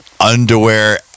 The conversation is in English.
underwear